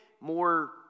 more